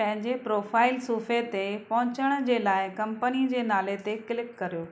पंहिंजे प्रोफ़ाइल सुफ़्हे ते पहुचणु जे लाइ कंपनी जे नाले ते क्लिक करियो